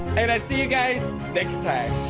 and i see you guys next time